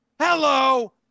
Hello